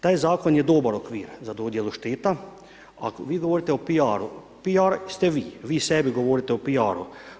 Taj zakon je dobar okvir za dodjelu šteta, a vi govorite o piaru, piar ste vi, vi sebi govorite o piaru.